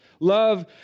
Love